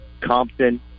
Compton